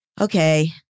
Okay